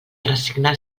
resignar